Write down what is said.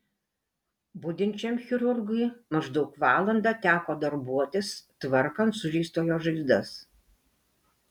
budinčiam chirurgui maždaug valandą teko darbuotis tvarkant sužeistojo žaizdas